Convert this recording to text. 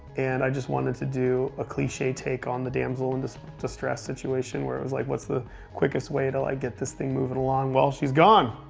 and i just wanted to do a cliche take on the damsel in distress situation, where it was like, what's the quickest way to like get this thing moving along? well, she's gone!